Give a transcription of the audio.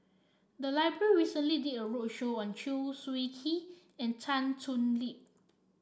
the library recently did a roadshow on Chew Swee Kee and Tan Thoon Lip